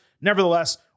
Nevertheless